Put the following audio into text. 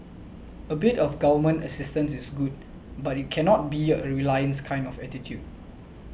a bit of Government assistance is good but it cannot be a reliance kind of attitude